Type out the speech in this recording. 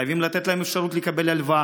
חייבים לתת להם אפשרות לקבל הלוואה.